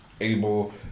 able